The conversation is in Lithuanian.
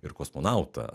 ir kosmonautą